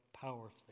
powerfully